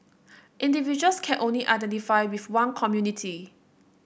individuals can only identify with one community